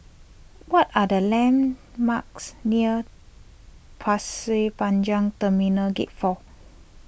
what are the landmarks near Pasir Panjang Terminal Gate four